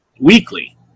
Weekly